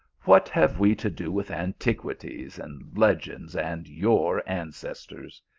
what have we to do with anti quities, and legends, and your ancestors?